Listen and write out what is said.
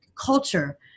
culture